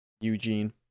Eugene